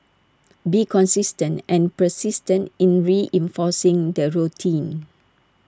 be consistent and persistent in reinforcing the routine